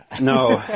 No